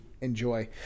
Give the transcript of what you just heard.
enjoy